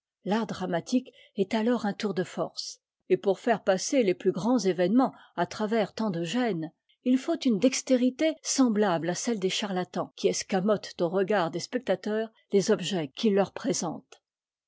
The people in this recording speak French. l'art dramatique est alors un tour de force et pour faire passer les plus grands événements à travers tant de gênes il faut une dextérité sernblame à celle des charlatans qui escamotent aux regards des spectateurs les objets qu'ils leur présentent